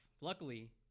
Luckily